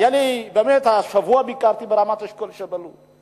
השבוע ביקרתי ברמת-אשכול שבלוד.